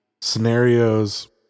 scenarios